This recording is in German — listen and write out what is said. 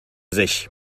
sich